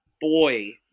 boy